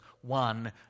one